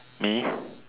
me